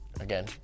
Again